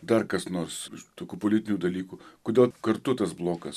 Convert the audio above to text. dar kas nors tokių politinių dalykų kodėl kartu tas blokas